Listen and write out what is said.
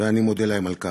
ואני מודה להם על כך.